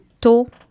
two